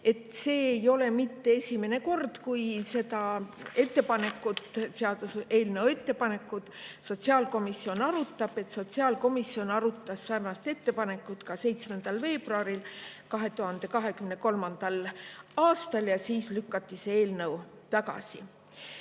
et see ei ole mitte esimene kord, kui seda seaduseelnõu ettepanekut sotsiaalkomisjon arutab. Sotsiaalkomisjon arutas sarnast ettepanekut ka 7. veebruaril 2023. aastal ja siis lükati see eelnõu tagasi.